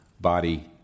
body